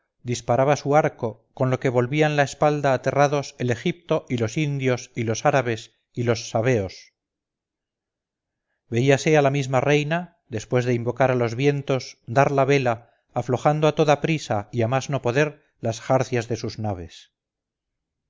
disparaba su arco con lo que volvían la espalda aterrados el egipto y los indios y los árabes y los sabeos veíase a la misma reina después de invocar a los vientos dar la vela aflojando a toda prisa y a más no poder las jarcias de sus naves